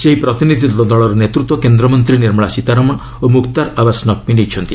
ସେହି ପ୍ରତିନିଧି ଦଳର ନେତୃତ୍ୱ କେନ୍ଦ୍ରମନ୍ତ୍ରୀ ନିର୍ମଳା ସୀତାରମଣ ଓ ମୁକ୍ତାର ଆବାସ ନକ୍ବି ନେଇଛନ୍ତି